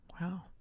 Wow